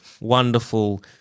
wonderful